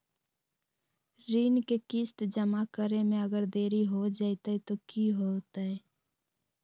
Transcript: ऋण के किस्त जमा करे में अगर देरी हो जैतै तो कि होतैय?